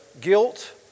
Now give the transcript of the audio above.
guilt